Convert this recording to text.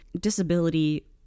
disability